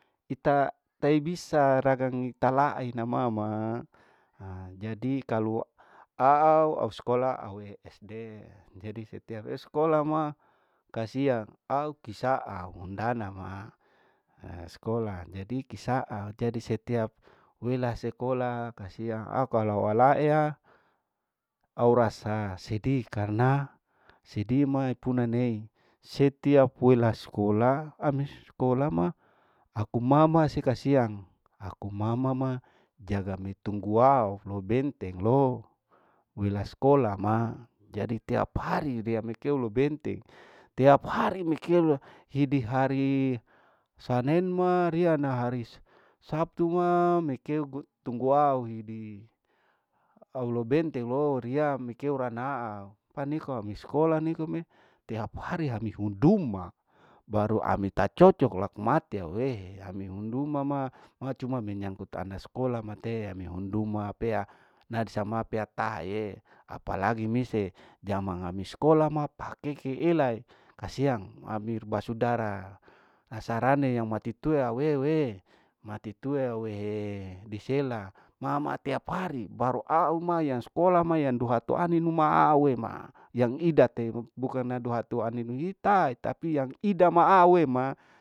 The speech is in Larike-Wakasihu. Ita tai bisa ragang talaai ina mama, jadi kalau aau au skola au e sd jadi setiap eskola ma kasiang au kisa au undanama jadi kisaa jadi setiap wela sekolah kasiang akalau walaaya au rasa sedih karena sedih ma ikunanei setiap wela skola ami skola ma aku mama se kasiang, aku mama ma jaga mitunggu waolo benteng lo wela skola ma jadi tiap hari riya mikeum tiap hari riya mikeulo benteng. tiap hari mikeula hidi hari sanen ma riana hari sabtu ma mi kei jadi mikeu tunggu, au rihidi au low benteng low riya mikeu ranau niko mi skola nikome tiap hari, hari hunduma, baru ami tacocok laku matieu awehe ami unduma ma, ma cuma menyangut ana skola mateami unduma ma pea nainsama pea ta aeye apalagi mise diamanga mi skola ma pahakeke elai kasiang amir basudara asarane yang mati tue awewe mati tue awehe disela mama tiap hari baru au ma yang skola ma yang duhatu aninuma auema yang idate bukana duatuha nenu uduhita awe ma.